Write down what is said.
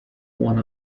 one